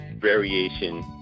Variation